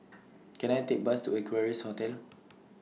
Can I Take A Bus to Equarius Hotel